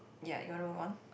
yea you want to move on